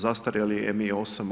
Zastarjeli Mi-8.